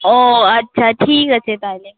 ᱳᱻ ᱟᱪᱪᱷᱟ ᱴᱷᱤᱠ ᱟᱪᱷᱮ ᱛᱟᱦᱚᱞᱮ